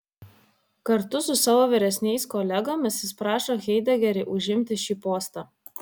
kartu su savo vyresniais kolegomis jis prašo haidegerį užimti šį postą